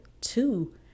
two